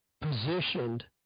positioned